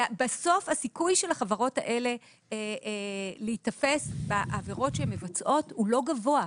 כי בסוף הסיכוי של החברות האלה להיתפס בעבירות שהן מבצעות לא גבוה.